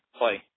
play